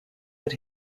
that